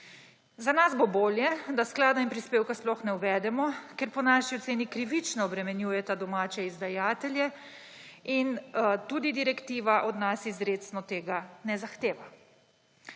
Za nas bo bolje, da sklada in prispevka sploh ne uvedemo, ker po naši oceni krivično obremenjujeta domače izdajatelje in tudi direktiva od nas izrecno tega ne zahteva.